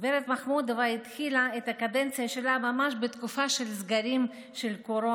הגב' מחמודובה התחילה את הקדנציה שלה ממש בתקופה של סגרי הקורונה.